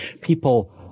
people